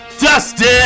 Dustin